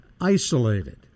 isolated